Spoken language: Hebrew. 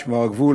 משמר הגבול,